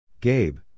Gabe